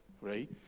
right